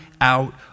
out